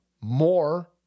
more